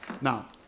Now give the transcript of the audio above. Now